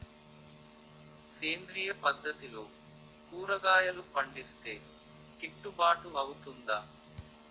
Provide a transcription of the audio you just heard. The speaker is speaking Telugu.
సేంద్రీయ పద్దతిలో కూరగాయలు పండిస్తే కిట్టుబాటు అవుతుందా?